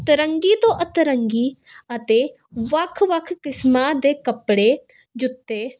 ਅਤਰੰਗੀ ਤੋਂ ਅਤਰੰਗੀ ਅਤੇ ਵੱਖ ਵੱਖ ਕਿਸਮਾਂ ਦੇ ਕੱਪੜੇ ਜੁੱਤੇ